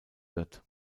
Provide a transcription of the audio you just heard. wird